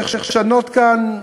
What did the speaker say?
צריך לשנות כאן.